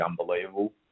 unbelievable